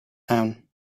town